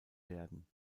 werden